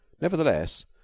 Nevertheless